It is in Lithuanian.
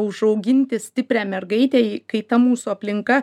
užauginti stiprią mergaitei kai ta mūsų aplinka